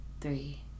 three